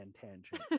tangent